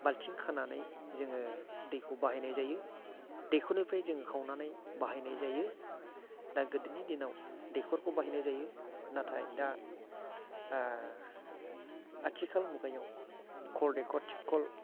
बाल्थिं खानानै जोङो दैखौ बाहायनाय जायो दैखरनिफ्राय जों खावनानै बाहायनाय जायो दा गोदोनि दिनाव दैखरखौ बाहायनाय जायो नाथाय दा आथिखाल मुगायाव खल दैखर थिबखल